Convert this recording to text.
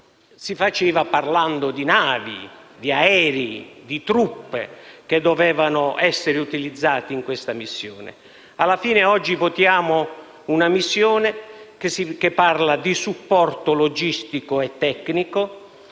si faceva parlando di navi, aerei e truppe che dovevano essere utilizzate in questa missione. Alla fine oggi votiamo una missione che parla di supporto logistico e tecnico,